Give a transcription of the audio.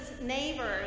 neighbors